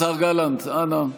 השר גלנט, אנא.